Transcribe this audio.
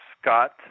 Scott